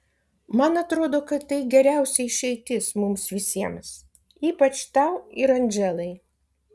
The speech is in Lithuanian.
man atrodo kad tai geriausia išeitis mums visiems ypač tau ir andželai